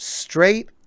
straight